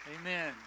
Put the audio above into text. Amen